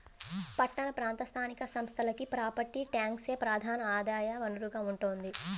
పట్టణ ప్రాంత స్థానిక సంస్థలకి ప్రాపర్టీ ట్యాక్సే ప్రధాన ఆదాయ వనరుగా ఉంటోంది